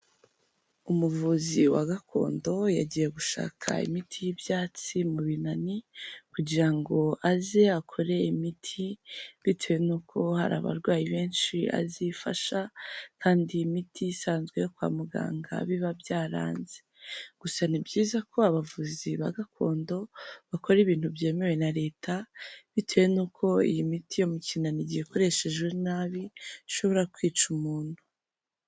Umuvuzi wa gakondo yagiye gushaka imiti y'ibyatsi mu binani, kugira ngo aze akore imiti bitewe n'uko hari abarwayi benshi azi ifasha, kandi miti isanzwe yo kwa muganga biba byaranze, gusa ni byiza ko abavuzi ba gakondo bakora ibintu byemewe na Leta, bitewe n'uko iyi miti yo mu kinana igihe ikoreshejwe nabi, ishobora kwica umuntu.